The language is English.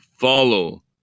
follow